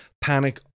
panic